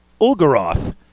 Ulgaroth